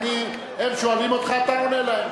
הם שואלים אותך, אתה עונה להם.